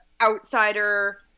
outsider